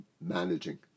managing